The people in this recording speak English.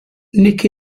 nick